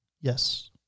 Yes